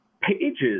pages